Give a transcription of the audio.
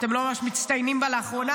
אתם לא ממש מצטיינים בה לאחרונה.